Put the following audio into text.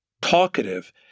Talkative